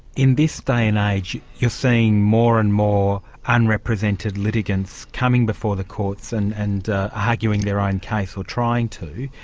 in this day and age, you're seeing more and more unrepresented litigants coming before the courts and and arguing their own case, or trying to.